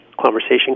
conversation